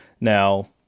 Now